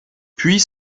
puis